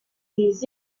des